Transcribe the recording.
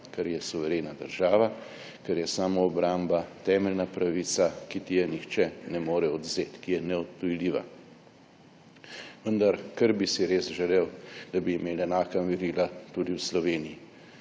ker je suverena država, ker je samoobramba temeljna pravica, ki ti je nihče ne more odvzeti, ki je neodtujljiva. Vendar kar bi si res želel, je, da bi imeli enaka merila tudi v Sloveniji.